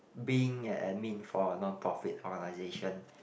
being a admin for a non profit organization